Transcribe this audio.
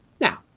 Now